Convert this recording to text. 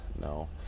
No